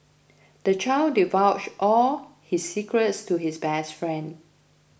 the child divulged all his secrets to his best friend